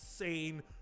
insane